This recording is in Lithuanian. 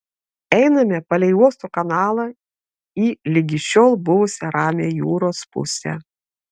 einame palei uosto kanalą į ligi šiol buvusią ramią jūros pusę